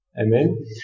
Amen